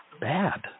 bad